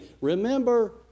remember